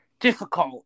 difficult